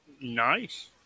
Nice